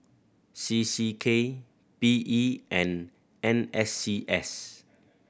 C C K P E and N S C S